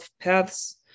paths